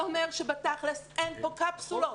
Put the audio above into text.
זה אומר שבתכל'ס אין פה קפסולות.